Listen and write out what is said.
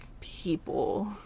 people